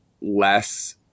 less